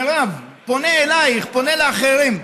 מירב, אני פונה אלייך, פונה לאחרים,